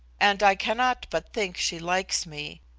and i cannot but think she likes me.